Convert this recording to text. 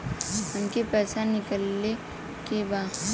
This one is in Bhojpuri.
हमके पैसा निकाले के बा